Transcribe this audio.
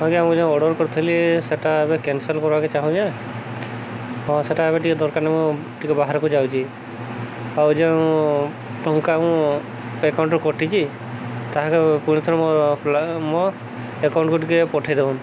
ଆଜ୍ଞା ମୁଁ ଯେଉଁ ଅର୍ଡ଼ର କରିଥିଲି ସେଇଟା ଏବେ କ୍ୟାନସେଲ୍ କର୍ବାକେ ଚାହୁଁଚେ ହଁ ସେଟା ଏବେ ଟିକେ ଦରକାର ମୁଁ ଟିକେ ବାହାରକୁ ଯାଉଛି ଆଉ ଯେଉଁ ଟଙ୍କା ମୁଁ ଆକାଉଣ୍ଟରୁ କଟିଛି ତାହାକେ ପୁଣି ଥରେ ମୋ ମୋ ଆକାଉଣ୍ଟକୁ ଟିକେ ପଠେଇଦଉନ୍